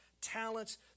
talents